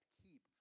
keep